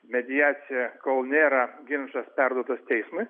mediacija kol nėra ginčas perduotas teismui